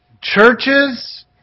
churches